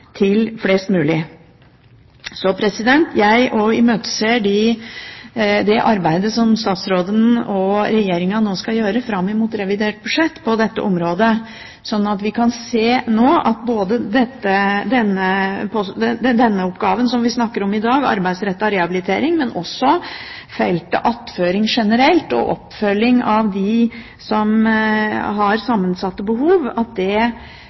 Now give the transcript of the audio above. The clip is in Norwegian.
til flest mulig. Jeg imøteser også det arbeidet som statsråden og Regjeringen nå skal gjøre fram mot revidert budsjett på dette området, sånn at vi nå kan se at denne oppgaven som vi snakker om i dag, arbeidsrettet rehabilitering, men også feltet attføring generelt og oppfølging av dem som har sammensatte behov, blir forsterket. Dette for at vi ikke skal oppleve det